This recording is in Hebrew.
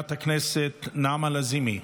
חברת הכנסת נעמה לזימי,